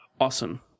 awesome